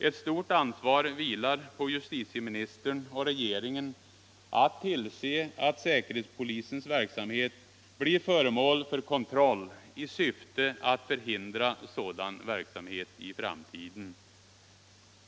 Ett stort ansvar vilar på justitieministern och regeringen att tillse att säkerhetspolisens verksamhet blir föremål för kontroll i syfte att förhindra sådan verksamhet i framtiden.